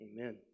Amen